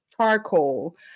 charcoal